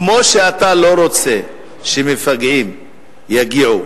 כמו שאתה לא רוצה שמפגעים יגיעו,